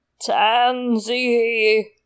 Tansy